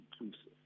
inclusive